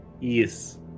Yes